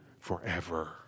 forever